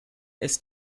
ist